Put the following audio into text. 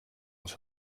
was